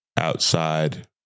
outside